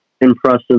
impressive